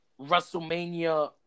WrestleMania